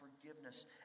forgiveness